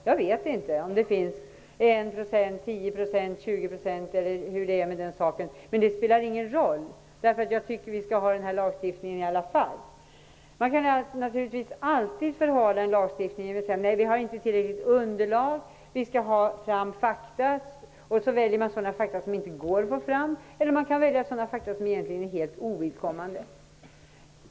Jag vet inte om det finns 1 %, 10 %, 20 % eller hur det är med den saken, men det spelar ingen roll. Jag tycker att vi skall ha lagstiftningen i alla fall. Man kan naturligtvis alltid förhala en lagstiftning och säga att man inte har tillräckligt underlag och att man skall ha fram fakta. Man väljer sådana fakta som inte går att få fram eller sådana fakta som egentligen är helt ovidkommande.